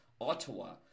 Ottawa